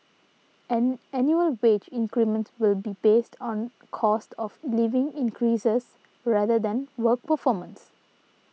and annual wage increments will be based on cost of living increases rather than work performance